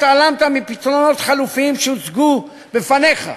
התעלמת מפתרונות חלופיים שהוצגו בפניך?